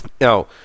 Now